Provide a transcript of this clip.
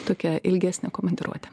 tokia ilgesnė komandiruotė